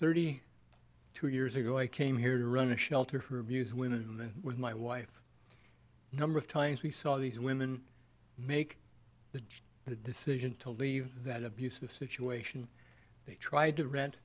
thirty two years ago i came here to run a shelter for abused women and then with my wife number of times we saw these women make a decision to leave that abusive situation they tried to rent